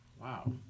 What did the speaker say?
wow